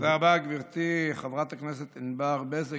תודה רבה, גברתי חברת הכנסת ענבר בזק.